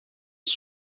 ist